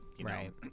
right